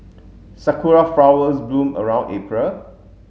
Sakura flowers bloom around April